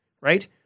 right